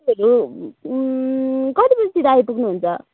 तपाईँहरू कति बजीतिर आइपुग्नु हुन्छ